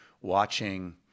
watching